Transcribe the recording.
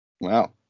Wow